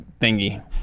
thingy